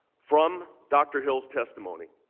from dr. hill's testimony.